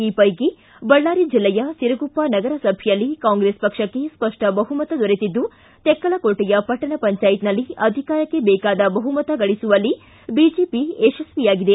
ಈ ಪೈಕಿ ಬಳ್ಳಾರಿ ಜಿಲ್ಲೆಯ ಸಿರುಗುಪ್ಪ ನಗರಸಭೆಯಲ್ಲಿ ಕಾಂಗ್ರೆಸ್ ಪಕ್ಷಕ್ಕೆ ಸ್ಪಷ್ಟ ಬಹುಮತ ದೊರೆತಿದ್ದು ತೆಕ್ಕಲಕೋಟೆಯ ಪಟ್ಟಣ ಪಂಚಾಯತ್ನಲ್ಲಿ ಅಧಿಕಾರಕ್ಕೆ ಬೇಕಾದ ಬಹುಮತ ಗಳಿಸುವಲ್ಲಿ ಬಿಜೆಪಿ ಯತಸ್ವಿಯಾಗಿದೆ